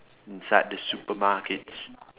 inside the supermarkets